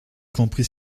compris